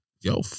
Yo